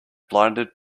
blinded